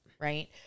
Right